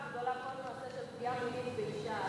גדולה את כל הנושא של פגיעה מינית באשה,